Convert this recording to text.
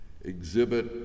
Exhibit